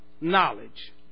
knowledge